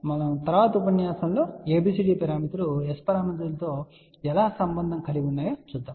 మరియు తరువాతి ఉపన్యాసంలో ABCD పారామితులు S పారామితులతో ఎలా సంబంధం కలిగి ఉన్నాయో చూద్దాం